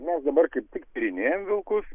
mes dabar kaip tik tyrinėjam vilkus